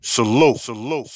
Salute